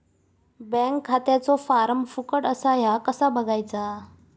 Bank खात्याचो form फुकट असा ह्या कसा बगायचा?